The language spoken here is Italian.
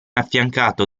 affiancato